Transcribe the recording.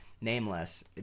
Nameless